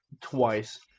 twice